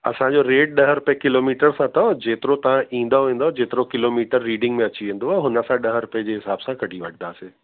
असांजो रेट ॾह रुपए किलोमीटर सां अथव जेतिरो तव्हां ईंदा वेंदव जेतिरो किलोमीटर रीडिंग अची वेंदव हुन सां ॾह रुपए जे हिसाब सां कढी वठदासीं